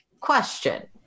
Question